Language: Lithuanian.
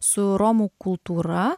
su romų kultūra